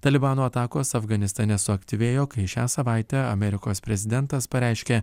talibano atakos afganistane suaktyvėjo kai šią savaitę amerikos prezidentas pareiškė